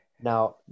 Now